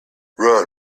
run